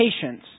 patience